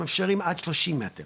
מאפשרים עד 30 מטר